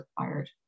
required